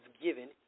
given